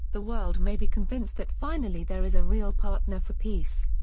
the world may be convinced that finally there is a real partner for peace.